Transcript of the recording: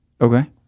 Okay